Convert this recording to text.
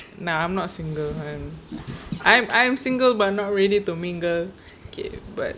nah I'm not single I'm I'm I'm single but not ready to mingle okay but